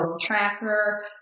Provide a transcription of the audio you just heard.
tracker